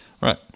Right